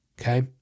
okay